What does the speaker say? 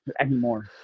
anymore